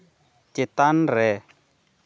ᱪᱮᱛᱟᱱ ᱨᱮ